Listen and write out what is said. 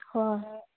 ꯍꯣꯏ ꯍꯣꯏ